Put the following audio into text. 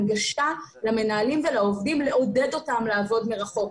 הנגשה למנהלים ולעובדים לעודד אותם לעבוד מרחוק.